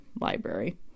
library